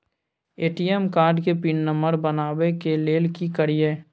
ATM card के PIN number बनाबै के लेल की करिए?